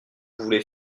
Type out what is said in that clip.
voulez